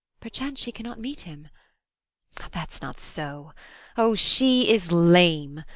perchance she cannot meet him that's not so o, she is lame!